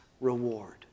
reward